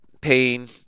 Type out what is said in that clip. pain